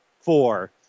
four